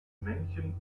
männchen